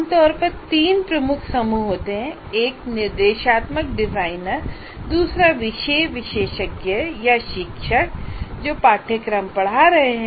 आम तौर पर तीन प्रमुख समूह होते हैं एक निर्देशात्मक डिजाइनर है दूसरा विषय विशेषज्ञ विशेषज्ञ या शिक्षक शिक्षक हैं जो पाठ्यक्रम पढ़ा रहे हैं